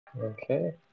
Okay